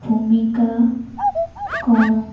ଭୂମିକା କ'ଣ